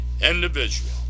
individual